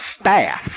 staff